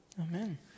amen